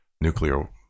nuclear